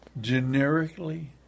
Generically